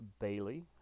Bailey